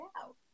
out